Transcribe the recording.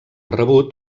rebut